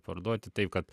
parduoti taip kad